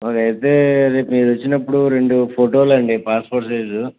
మరి అయితే మీరు రేపు వచ్చినప్పుడు రెండు ఫోటోలు పాస్పోర్ట్ సైజు